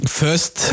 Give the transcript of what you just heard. first